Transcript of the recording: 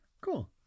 cool